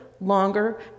longer